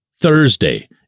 Thursday